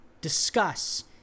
discuss